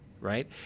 right